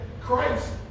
Christ